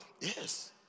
Yes